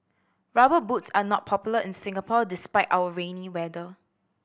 Rubber Boots are not popular in Singapore despite our rainy weather